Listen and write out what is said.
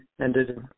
ended